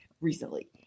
recently